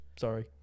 Sorry